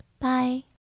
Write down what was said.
Bye